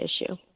issue